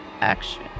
action